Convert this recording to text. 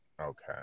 Okay